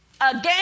again